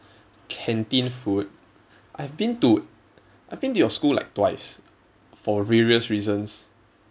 canteen food I've been to I've been to your school like twice for various reasons